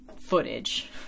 footage